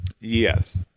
Yes